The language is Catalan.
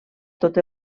tot